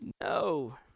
no